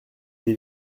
des